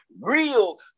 real